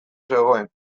zegoen